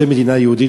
זו מדינה יהודית?